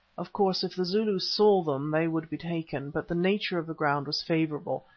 of course, if the zulus saw them they would be taken, but the nature of the ground was favourable,